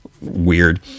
weird